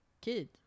Kid